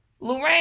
Lorraine